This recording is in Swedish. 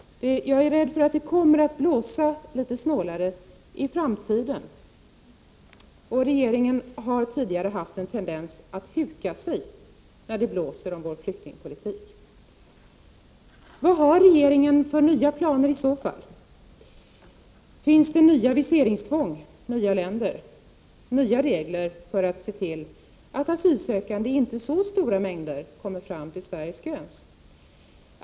Jag är rädd för att det kommer att blåsa litet snålare i framtiden. Regeringen har tidigare haft en tendens att huka sig när det blåser om vår flyktingpolitik. Vad har regeringen för nya planer under dessa förhållanden? Blir det viseringstvång för ytterligare länder och nya regler för att se till att asylsökande inte i så stora mängder kommer fram till Sveriges gräns?